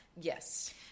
Yes